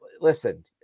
Listen –